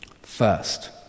First